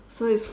so it's